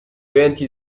eventi